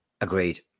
Agreed